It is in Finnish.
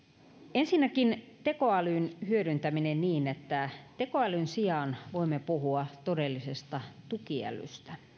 ensinnäkin tekoälyn hyödyntäminen niin että tekoälyn sijaan voimme puhua todellisesta tukiälystä